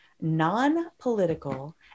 non-political